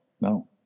no